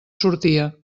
sortia